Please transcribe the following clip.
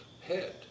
Head